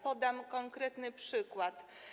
Podam konkretny przykład.